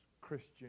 Christian